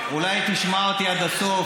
אולי תשמע אותי עד הסוף,